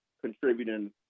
contributing